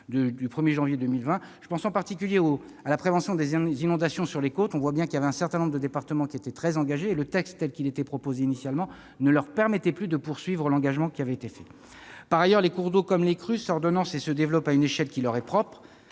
du 1 janvier 2020- je pense, en particulier, à la prévention des inondations sur les côtes. Un certain nombre de départements étaient très engagés. Le texte tel qu'il était rédigé initialement ne leur permettait plus de poursuivre les actions menées. Par ailleurs, les cours d'eau, comme les crues, s'ordonnancent et se développent à une échelle qui leur est propre,